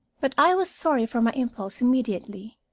but i was sorry for my impulse immediately,